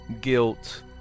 guilt